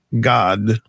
God